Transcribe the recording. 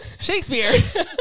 Shakespeare